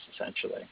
essentially